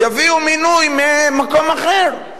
יביאו מינוי ממקום אחר,